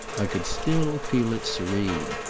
i could still feel it serene.